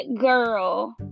girl